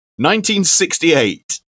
1968